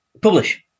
publish